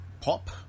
pop